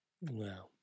Wow